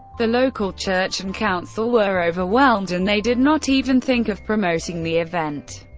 the local church and council were overwhelmed and they did not even think of promoting the event,